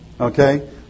Okay